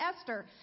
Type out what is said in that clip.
Esther